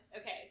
Okay